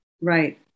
Right